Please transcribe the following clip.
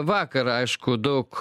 vakar aišku daug